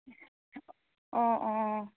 অঁ অঁ